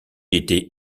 était